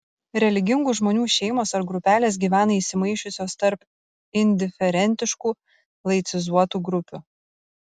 religingų žmonių šeimos ar grupelės gyvena įsimaišiusios tarp indiferentiškų laicizuotų grupių